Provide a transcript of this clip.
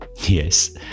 Yes